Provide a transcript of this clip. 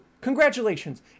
congratulations